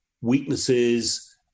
weaknesses